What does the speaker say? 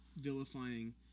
vilifying